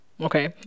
okay